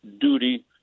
duty